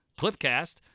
Clipcast